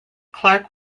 clark